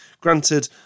Granted